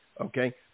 okay